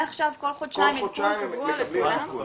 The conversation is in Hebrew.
מעכשיו כל חודשיים עדכון קבוע לכולם?